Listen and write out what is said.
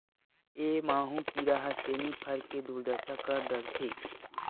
ए माहो कीरा ह सेमी फर के दुरदसा कर डरथे